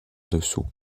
dessous